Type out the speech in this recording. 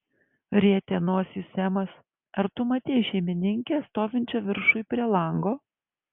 rietė nosį semas ar tu matei šeimininkę stovinčią viršuj prie lango